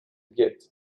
git